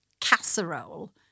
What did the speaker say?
casserole